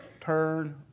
turn